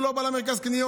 הוא לא בא למרכז הקניות,